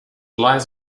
lies